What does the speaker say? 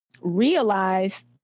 realize